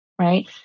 right